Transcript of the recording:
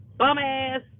bum-ass